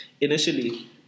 Initially